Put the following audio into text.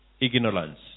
Ignorance